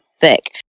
thick